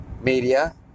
Media